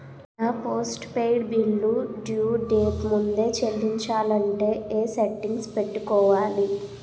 నా postpaid bill due date ముందే చెల్లించాలంటే ఎ సెట్టింగ్స్ పెట్టుకోవాలి?